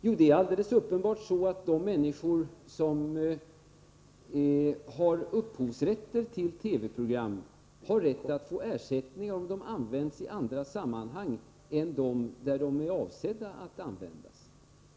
Jo, det är alldeles uppenbart så att de människor som har upphovsrätter till TV program har rätt att få ersättning om programmen används i andra sammanhang än dem där de är avsedda att användas.